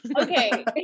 Okay